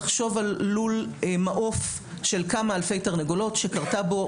תחשוב על לול מעוף של כמה אלפי תרנגולות שקרתה בו